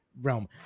realm